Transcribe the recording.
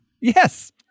Yes